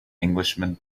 englishman